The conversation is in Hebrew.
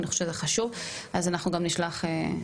אני חושבת שזה חשוב, אז אנחנו גם נשלח בקשה.